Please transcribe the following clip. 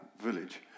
village